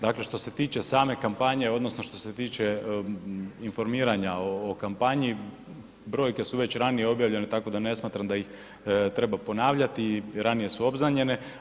Dakle što se tiče same kampanje, odnosno što se tiče informiranja o kampanji, brojke su već ranije objavljene tako da ne smatram da ih treba ponavljati, ranije su obznanjene.